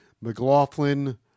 McLaughlin